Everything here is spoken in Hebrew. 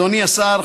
אדוני השר,